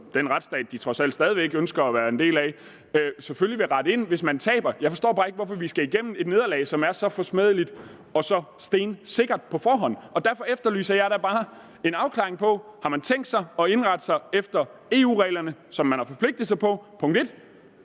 den retsstat, man trods alt stadig væk ønsker at være en del af, selvfølgelig vil rette ind, hvis vi taber. Jeg forstår bare ikke, hvorfor vi skal igennem et nederlag, som er så forsmædeligt og så stensikkert på forhånd, og derfor efterlyser jeg da bare en afklaring på: Punkt 1, har man tænkt sig at indrette sig efter EU-reglerne, som man har forpligtet sig på? Og punkt 2,